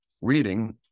reading